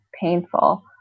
painful